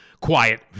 quiet